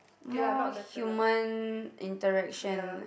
more human interaction